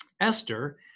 Esther